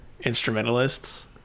instrumentalists